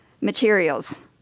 materials